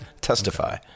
testify